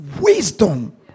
wisdom